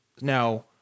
Now